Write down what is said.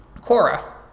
Cora